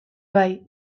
bai